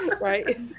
Right